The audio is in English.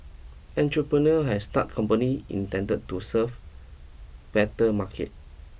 entrepreneur has started company intended to serve better market